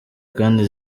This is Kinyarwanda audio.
kandi